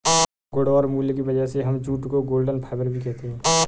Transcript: गुण और मूल्य की वजह से हम जूट को गोल्डन फाइबर भी कहते है